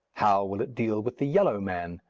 how will it deal with the yellow man?